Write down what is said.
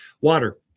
Water